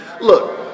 Look